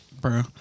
Bro